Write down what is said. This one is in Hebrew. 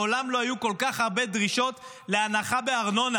מעולם לא היו כל כך הרבה דרישות להנחה בארנונה.